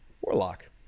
warlock